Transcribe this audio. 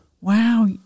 Wow